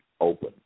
open